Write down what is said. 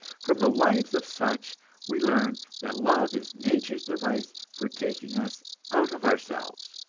from the lives of such we learn that love is nature's device for taking us out of ourselves,